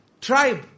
tribe